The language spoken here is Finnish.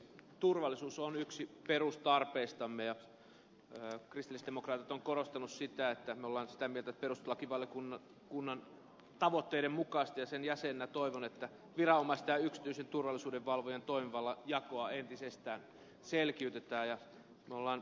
turvallisuus on yksi perustarpeistamme ja kristillisdemokraatit ovat korostaneet sitä että me olemme sitä mieltä ja perustuslakivaliokunnan tavoitteiden mukaisesti ja sen jäsenenä toivon että viranomaisten ja yksityisen turvallisuudenvalvojan toimivallanjakoa entisestään selkiytetään